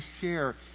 share